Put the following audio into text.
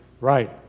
Right